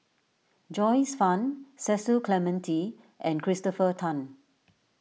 Joyce Fan Cecil Clementi and Christopher Tan